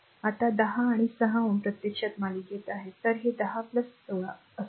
आता 10 आणि 6Ω प्रत्यक्षात मालिकेत आहेत तर ते 10 16 असेल